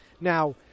Now